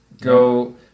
go